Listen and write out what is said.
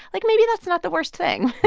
like, maybe that's not the worst thing yeah,